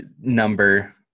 number